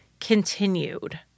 continued